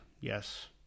yes